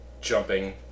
jumping